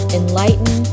enlighten